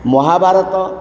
Mahabharata